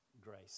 grace